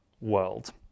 world